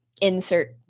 insert